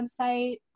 website